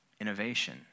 innovation